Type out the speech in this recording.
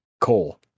coal